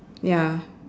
ya